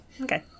Okay